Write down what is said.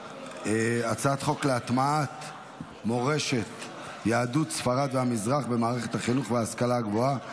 הצעת חוק להטמעת מורשת יהדות ספרד והמזרח במערכת החינוך וההשכלה הגבוהה,